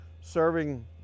serving